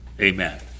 Amen